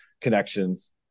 connections